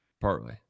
Partly